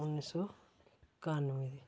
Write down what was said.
उन्नी सौ कान्नुए